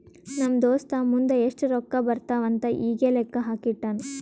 ನಮ್ ದೋಸ್ತ ಮುಂದ್ ಎಷ್ಟ ರೊಕ್ಕಾ ಬರ್ತಾವ್ ಅಂತ್ ಈಗೆ ಲೆಕ್ಕಾ ಹಾಕಿ ಇಟ್ಟಾನ್